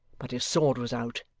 but his sword was out,